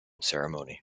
ceremony